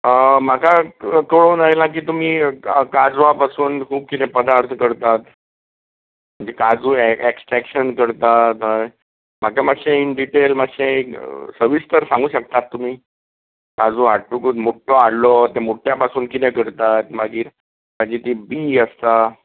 म्हाका कळून आयला की तुमी काजवा पासून खूब कितें पदार्त करतात म्हणजे काजू एक्सट्रेक्शन करता हय म्हाका मातशें इन डिटेल मातशें सविस्तर सांगूं शकतात तुमी काजू हाडटकूच मुट्टो हाडलो त्या मुट्ट्या पासून कितें करतात मागीर ताजी ती बीं आसता